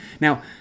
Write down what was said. Now